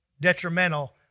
detrimental